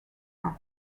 are